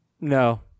No